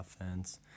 offense